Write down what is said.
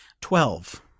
Twelve